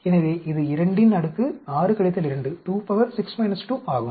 எனவே இது 26 2 ஆகும்